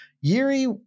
Yuri